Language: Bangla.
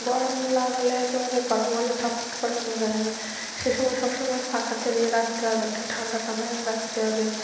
গরম লাগালে একেবারে গরম হলে ছটফট করে মরে যাবে সে সময় সব সময় পাখা চালিয়ে রাখতে হবে একটু ঠান্ডা ঠান্ডা রাখতে হবে